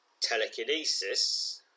telekinesis